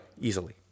easily